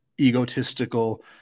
egotistical